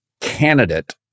candidate